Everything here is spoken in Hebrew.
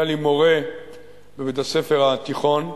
היה לי מורה בבית-הספר התיכון,